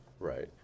Right